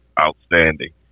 Outstanding